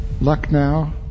Lucknow